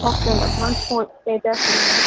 okay అండి advance ఫో pay చేస్తాను కాని